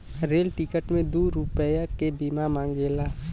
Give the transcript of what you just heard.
rail ticket मे दू रुपैया के बीमा मांगेला